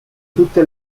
tutte